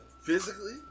physically